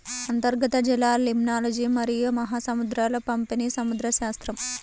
అంతర్గత జలాలలిమ్నాలజీమరియు మహాసముద్రాల పంపిణీసముద్రశాస్త్రం